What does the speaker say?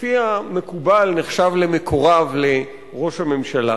שלפי המקובל נחשב למקורב לראש הממשלה.